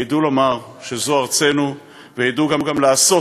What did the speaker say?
שידעו לומר שזאת ארצנו וידעו גם לעשות